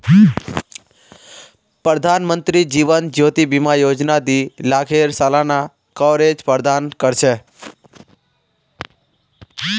प्रधानमंत्री जीवन ज्योति बीमा योजना दी लाखेर सालाना कवरेज प्रदान कर छे